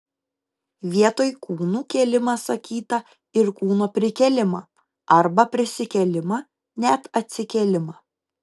vietoj kūnų kėlimą sakyta ir kūno prikėlimą arba prisikėlimą net atsikėlimą